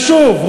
ושוב,